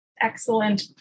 excellent